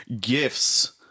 gifts